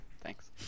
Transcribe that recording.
thanks